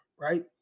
right